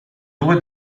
due